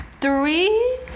three